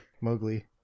Mowgli